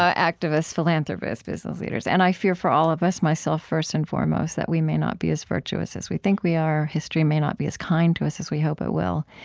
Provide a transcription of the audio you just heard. ah activists, philanthropists, business leaders and i fear for all of us, myself first and foremost, that we may not be as virtuous as we think we are. history may not be as kind to us as we hope it will.